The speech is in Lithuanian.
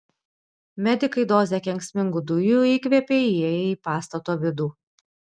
medikai dozę kenksmingų dujų įkvėpė įėję į pastato vidų